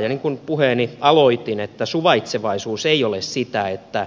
niin kuin puheeni aloitin suvaitsevaisuus ei ole sitä että